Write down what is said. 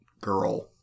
girl